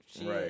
Right